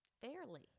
Fairly